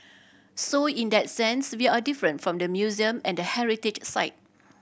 so in that sense we are different from the museum and the heritage site